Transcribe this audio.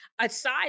aside